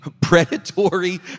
predatory